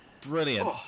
Brilliant